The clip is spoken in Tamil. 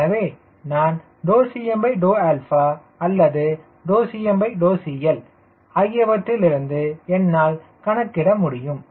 எனவே நான் Cma அல்லது CmCL ஆகியவற்றிலிருந்து என்னால் கணக்கிட முடியும்